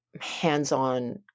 hands-on